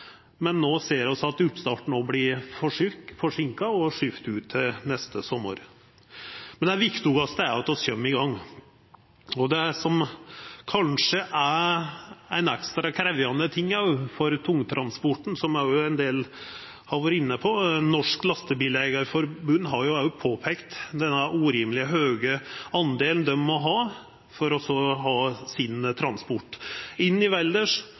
men no ser vi at oppstarten vert forseinka og skyvd ut til neste sumar. Men det viktigaste er at vi kjem i gang. Det som kanskje er ekstra krevjande, gjeld tungtransporten, som òg ein del har vore inne på. Norges Lastebileier-Forbund har òg påpeikt den urimeleg høge bomsatsen dei får på sin transport, inn i Valdres og gjennom Valdres på E16. Senterpartiet har føreslege inn i